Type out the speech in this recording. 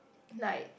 like